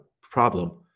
problem